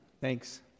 Thanks